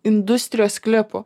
industrijos klipų